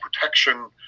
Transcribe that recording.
Protection